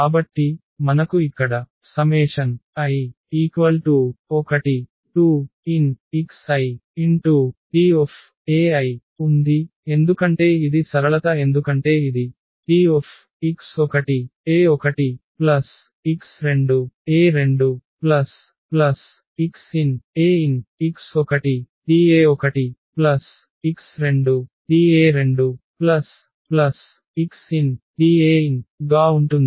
కాబట్టి మనకు ఇక్కడ i1nxiTei ఉంది ఎందుకంటే ఇది సరళత ఎందుకంటే ఇది Tx1e1x2e2xnenx1Te1x2Te2xnTen గా ఉంటుంది